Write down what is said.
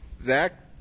Zach